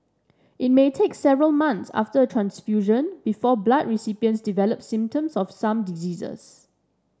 it may take several months after a transfusion before blood recipients develop symptoms of some diseases